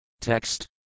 Text